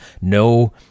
no